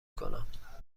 کنم